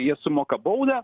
jie sumoka baudą